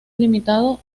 limitado